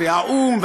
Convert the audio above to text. והאו"ם,